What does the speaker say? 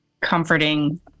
comforting